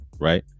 right